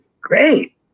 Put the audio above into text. great